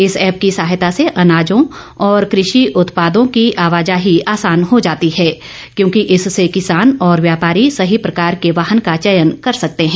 इस ऐप की सहायता से अनाजों और कृषि उत्पादों की आवाजाही आसान हो जाती है क्योंकि इससे किसान और व्यापारी सही प्रकार के वाहन का चयन कर सकते हैं